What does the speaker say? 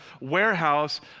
warehouse